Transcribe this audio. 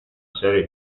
serie